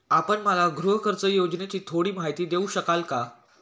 आपण मला गृहकर्ज योजनेची थोडी माहिती देऊ शकाल का?